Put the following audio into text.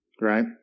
right